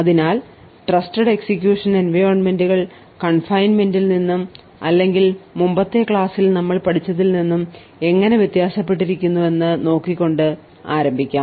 അതിനാൽ trusted execution എൻവയോൺമെന്റുകൾ confinement ൽ നിന്ന് അല്ലെങ്കിൽ മുമ്പത്തെ ക്ലാസിൽ നമ്മൾ പഠിച്ചതിൽ നിന്നും എങ്ങനെ വ്യത്യാസപ്പെട്ടിരിക്കുന്നുവെന്ന് നോക്കികൊണ്ട് ആരംഭിക്കാം